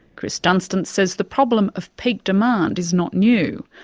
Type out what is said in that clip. chris dunstan says the problem of peak demand is not new,